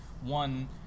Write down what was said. one